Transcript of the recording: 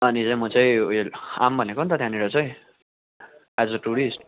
अनि चाहिँ म चाहिँ उयो आऊँ भनेको नि त त्यहाँनेर चाहिँ एज ए टुरिस्ट